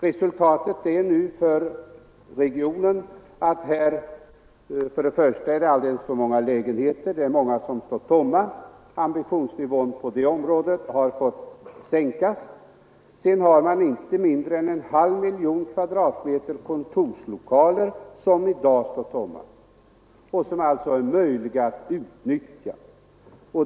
Resultatet för regionen är nu att det finns alldeles för många lägenheter som står tomma. Ambitionsnivån på det området har fått sänkas. Vidare står i dag inte mindre än en halv miljon kvadratmeter kontorslokaler tomma, som det alltså är möjligt att utnyttja.